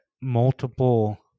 multiple